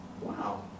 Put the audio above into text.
Wow